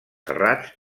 serrats